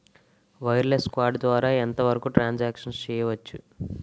Wireless card ద్వారా ఎంత వరకు ట్రాన్ సాంక్షన్ చేయవచ్చు?